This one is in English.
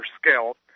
scale